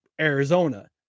Arizona